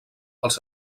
els